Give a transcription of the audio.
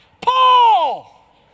Paul